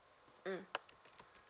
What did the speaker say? mm